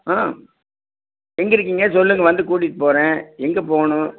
எங்கிருக்கிங்க சொல்லுங்க வந்து கூட்டிகிட்டு போகிறேன் எங்கே போகணும்